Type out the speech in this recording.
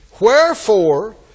Wherefore